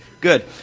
Good